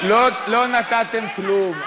לא נתתם כלום.